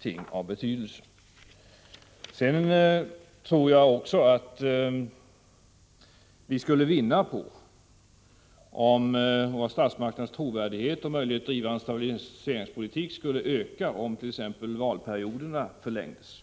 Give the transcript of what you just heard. ting av betydelse. Jag tror att statsmakternas trovärdighet och möjligheter att driva en stabiliseringspolitik skulle öka om valperioderna förlängdes.